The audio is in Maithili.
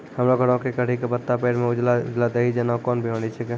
हमरो घर के कढ़ी पत्ता के पेड़ म उजला उजला दही जेना कोन बिमारी छेकै?